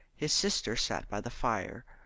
his sister sat by the fire,